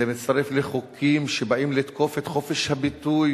זה מצטרף לחוקים שבאים לתקוף את חופש הביטוי